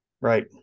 Right